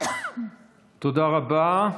תודה רבה.